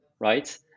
right